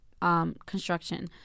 construction